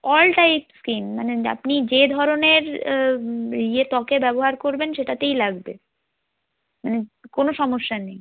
all type skin মানে আপনি যে ধরনের ইয়ে ত্বকে ব্যবহার করবেন সেটাতেই লাগবে মানে কোনো সমস্যা নেই